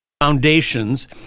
foundations